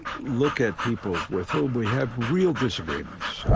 look at people with whom we have real disagreements,